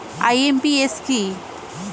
IMPS কি?